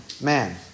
man